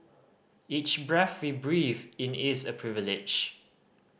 each breath we breathe in is a privilege